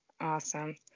awesome